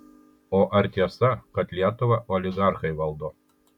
o ar tiesa kad lietuvą oligarchai valdo